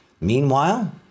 Meanwhile